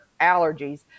allergies